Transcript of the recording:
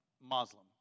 Muslim